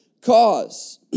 cause